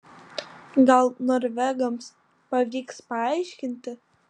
gal norvegams pavyks paaiškinti